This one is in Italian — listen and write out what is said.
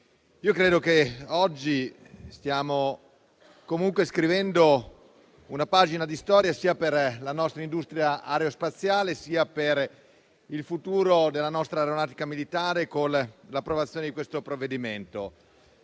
credo che oggi stiamo scrivendo una pagina di storia sia per la nostra industria aerospaziale sia per il futuro della nostra Aeronautica militare, con l'approvazione di questo provvedimento,